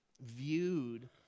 viewed